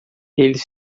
eles